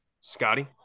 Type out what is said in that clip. Scotty